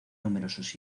numerosos